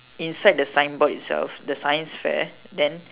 inside the sign board itself the science fair then